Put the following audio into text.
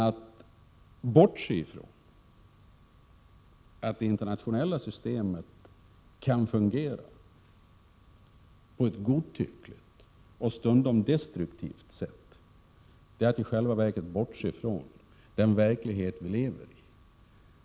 Att bortse från att det internationella systemet kan fungera på ett godtyckligt och stundom destruktivt sätt är att i själva verket bortse från den verklighet vi lever i.